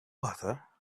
butter